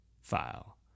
file